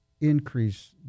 increase